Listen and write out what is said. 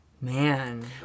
Man